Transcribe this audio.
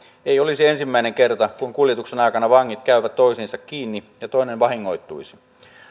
ei olisi ensimmäinen kerta kun kuljetuksen aikana vangit kävisivät toisiinsa kiinni ja toinen vahingoittuisi